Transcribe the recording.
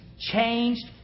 Changed